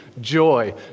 Joy